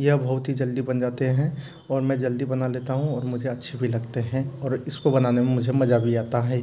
यह बहुत ही जल्दी बन जाते है और मैं जल्दी बना लेता हूँ और मुझे अच्छे भी लगते है और इसको बनाने में मुझे मज़ा भी आता है